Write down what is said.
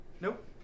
Nope